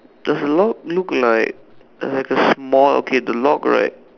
does the lock look like like a small okay the lock right